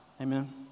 Amen